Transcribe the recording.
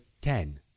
ten